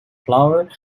flower